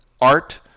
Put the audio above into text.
Art